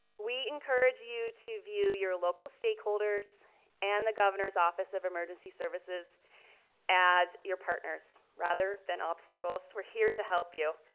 we encourage you to view your local stakeholders and the governor's office of emergency services as your partners rather than obstacles. we're here to help you.